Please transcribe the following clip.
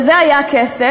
לזה היה כסף.